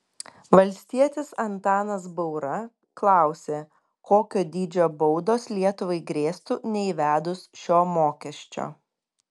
valstietis antanas baura klausė kokio dydžio baudos lietuvai grėstų neįvedus šio mokesčio